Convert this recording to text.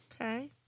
Okay